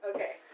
Okay